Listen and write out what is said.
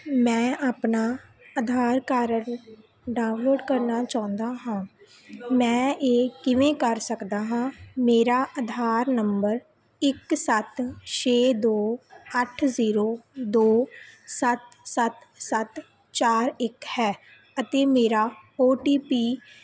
ਮੈਂ ਆਪਣਾ Aadhaar card download ਕਰਨਾ ਚਾਹੁੰਦਾ ਹਾਂ ਮੈਂ ਇਹ ਕਿਵੇਂ ਕਰ ਸਕਦਾ ਹਾਂ ਮੇਰਾ ਆਧਾਰ ਨੰਬਰ ਇੱਕ ਸੱਤ ਛੇ ਦੋ ਅੱਠ ਜ਼ੀਰੋ ਦੋ ਸੱਤ ਸੱਤ ਸੱਤ ਚਾਰ ਇੱਕ ਹੈ ਅਤੇ ਮੇਰਾ ਓਟੀਪੀ